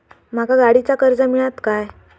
माका गाडीचा कर्ज मिळात काय?